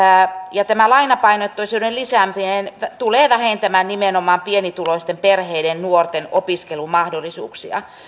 tämä lainapainotteisuuden lisääminen tulee vähentämään nimenomaan pienituloisten perheiden nuorten opiskelumahdollisuuksia